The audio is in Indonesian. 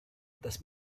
atas